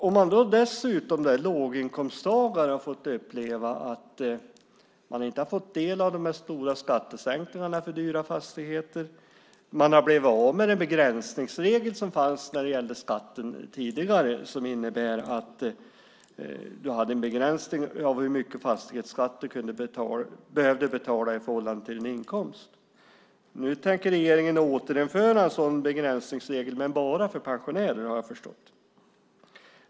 Om man dessutom är låginkomsttagare har man fått uppleva att man inte har fått del av de stora skattesänkningarna på dyra fastigheter. Man har blivit av med den begränsningsregel som tidigare fanns när det gällde skatten som innebar en begränsning av hur mycket fastighetsskatt man behövde betala i förhållande till inkomsten. Nu tänker regeringen återinföra en sådan begränsningsregel, men bara för pensionärer har jag förstått.